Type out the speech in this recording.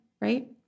right